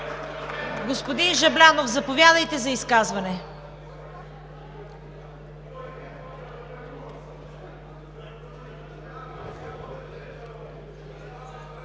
Господин Жаблянов, заповядайте за изказване.